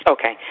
Okay